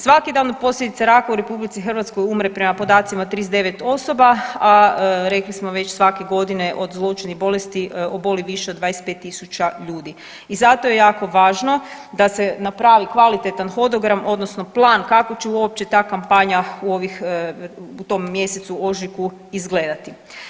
Svaki dan od posljedica rada u RH umre prema podacima 39 osoba, a rekli smo već svake godine od zloćudnih bolesti oboli više od 25.000 ljudi i zato je jako važno da se napravi kvalitetan hodogram odnosno plan kako će uopće ta kampanja u ovih, u tom mjesecu ožujku izgledati.